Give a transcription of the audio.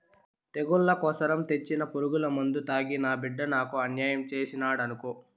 తెగుళ్ల కోసరం తెచ్చిన పురుగుమందు తాగి నా బిడ్డ నాకు అన్యాయం చేసినాడనుకో